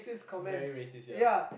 very racist yeah